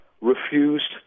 refused